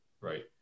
right